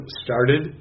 started